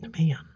Man